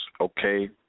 okay